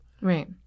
right